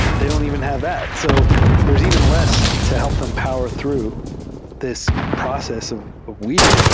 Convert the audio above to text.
they don't even have that. so there's even less to help empower through this process of weeding.